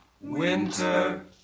winter